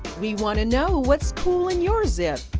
we want to know what's cool in your zip.